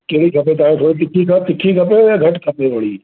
कहिड़ी खपे तव्हांखे रोटी तिखी तिखी खपे या घटि खपे थोरी